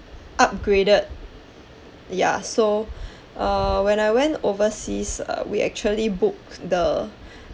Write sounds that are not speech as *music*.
upgraded ya so *breath* uh when I went overseas uh we actually booked the